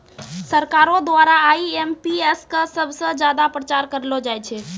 सरकारो द्वारा आई.एम.पी.एस क सबस ज्यादा प्रचार करलो जाय छै